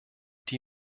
die